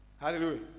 Hallelujah